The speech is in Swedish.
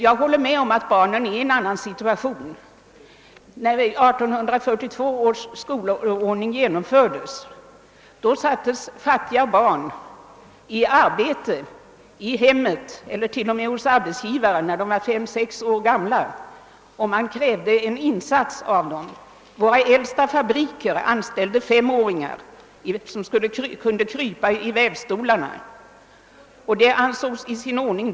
Jag håller med om att barnen befinner sig i en annan situation i dag. När 1842 års skolordning genomfördes sattes fattiga fem—sexåriga barn i arbete i hemmet eller till och med hos en arbetsgivare. Man krävde då en insats av dem. Våra äldsta fabriker anställde femåringar, som kunde krypa i vävstolarna, och detta ansågs då vara helt i sin ordning.